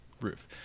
roof